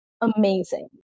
amazing